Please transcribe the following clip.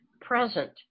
present